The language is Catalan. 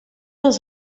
els